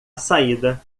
saída